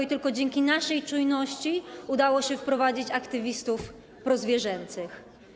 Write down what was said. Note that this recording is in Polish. i tylko dzięki naszej czujności udało się wprowadzić aktywistów prozwierzęcych.